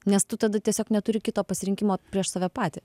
nes tu tada tiesiog neturi kito pasirinkimo prieš save patį